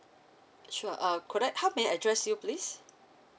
sure um could I how may I address you please